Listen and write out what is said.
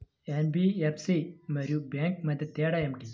NBFC మరియు bank మధ్య తేడా ఏమిటీ?